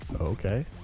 Okay